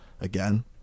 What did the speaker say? Again